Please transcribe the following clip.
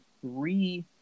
three